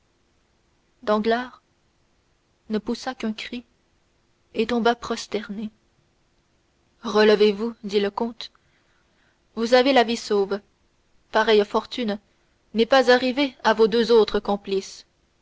danglars ne poussa qu'un cri et tomba prosterné relevez-vous dit le comte vous avez la vie sauve pareille fortune n'est pas arrivée à vos deux autres complices